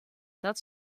dat